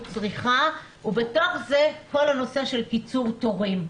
צריכה ובתוך זה כל הנושא של קיצור תורים.